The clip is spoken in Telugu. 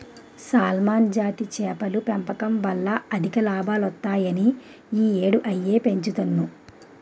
సాల్మన్ జాతి చేపల పెంపకం వల్ల అధిక లాభాలొత్తాయని ఈ యేడూ అయ్యే పెంచుతన్ను